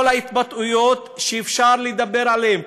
כל ההתבטאויות שאפשר לדבר עליהן,